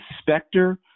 specter